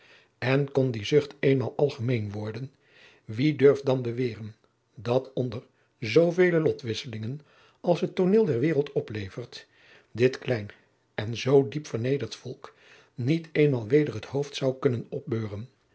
en kon die zucht eenmaal algemeen worden wie durft dan beweren dat onder zoovele lotwisselingen als het tooneel der wereld oplevert dit klein en zoo diep vernederd volk niet eenmaal weder het hoofd zou kunnen opbeuren